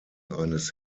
eines